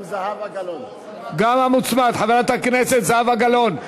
גם על ההצעה של חברת הכנסת זהבה גלאון.